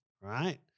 right